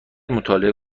مطالعه